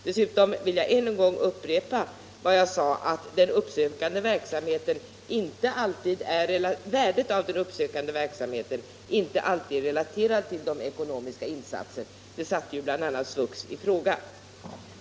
Dessutom vill jag än en gång upprepa vad jag sade om att värdet av den uppsökande verksamheten inte alltid är relaterat till de ekonomiska insatserna. Det satte ju bl.a. SVUX i fråga.